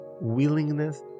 willingness